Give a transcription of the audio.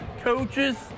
coaches